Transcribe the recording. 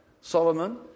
solomon